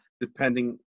depending